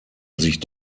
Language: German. sich